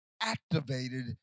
activated